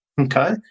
Okay